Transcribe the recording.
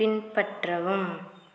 பின்பற்றவும்